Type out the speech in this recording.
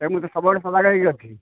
ଏ ମୁଁ ତ ସବୁବେଳେ ସଜାଗ ହୋଇକି ଅଛି